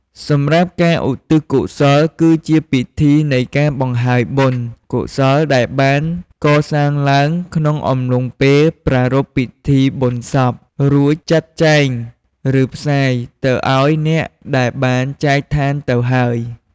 សម្រាប់ការ ឧទ្ទិសកុសល គឺជាពិធីនៃការបង្ហើយបុណ្យកុសលដែលបានកសាងឡើងក្នុងអំឡុងពេលប្រារព្ធពិធីបុណ្យសព រួចចាត់ចែង ឬផ្សាយទៅឲ្យអ្នកដែលបានចែកឋានទៅហើយ។